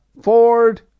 Ford